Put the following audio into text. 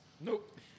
Nope